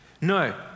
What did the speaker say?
No